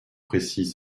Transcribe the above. précis